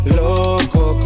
loco